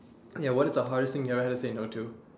ya what is the hardest thing you ever had to say not to